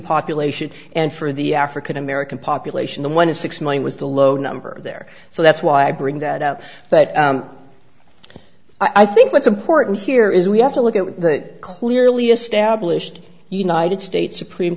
population and for the african american population the one in six million was the low number there so that's why i bring that that up i think what's important here is we have to look at that clearly established united states supreme